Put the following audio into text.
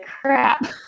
crap